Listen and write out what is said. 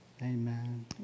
Amen